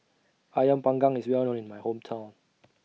Ayam Panggang IS Well known in My Hometown